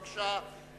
בבקשה,